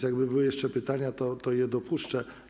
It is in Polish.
Jakby były jeszcze pytania, to je dopuszczę.